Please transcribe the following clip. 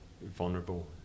vulnerable